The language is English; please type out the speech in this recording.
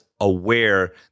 aware